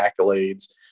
accolades